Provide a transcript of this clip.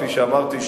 כפי שאמרתי,